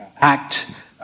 act